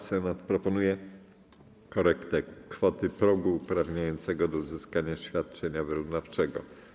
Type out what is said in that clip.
Senat proponuje korektę kwoty progu uprawniającego do uzyskania świadczenia wyrównawczego.